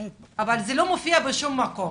אבל זה לא מופיע בשום מקום.